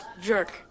jerk